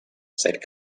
said